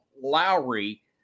Lowry